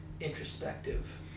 introspective